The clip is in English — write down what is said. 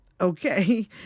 okay